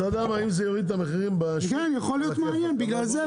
אני מקים- - אם זה יוריד את המחירים בשוק- -- לכן מעניין אותי.